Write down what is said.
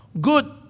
Good